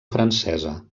francesa